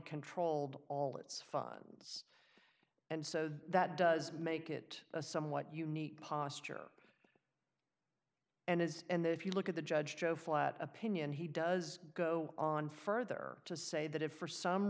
controlled all its fun it's and so that does make it a somewhat unique posture and as and if you look at the judge joe flat opinion he does go on further to say that if for some